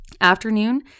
Afternoon